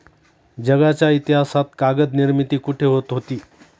जगाच्या इतिहासात कागद निर्मिती कुठे होत होती?